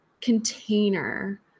container